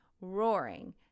roaring